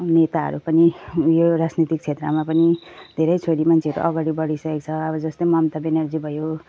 नेताहरू पनि यो राजनीतिक क्षेत्रमा पनि धेरै छोरी मान्छेहरू अगाडि बढिसकेको छ अब जस्तै ममता ब्यानर्जी भयो